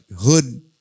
hood